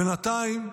בינתיים,